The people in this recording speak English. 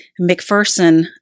McPherson